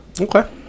Okay